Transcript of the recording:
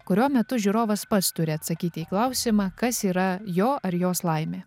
kurio metu žiūrovas pats turi atsakyti į klausimą kas yra jo ar jos laimė